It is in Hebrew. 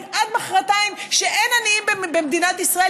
עד מוחרתיים שאין עניים במדינת ישראל,